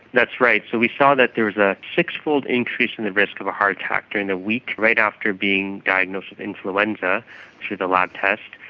that's right. so we saw that there is a six-fold increase in the risk of a heart attack during the week right after being diagnosed with influenza through the lab test,